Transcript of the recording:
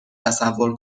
تصور